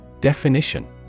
Definition